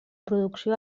producció